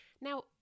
Now